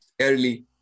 early